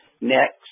next